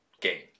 game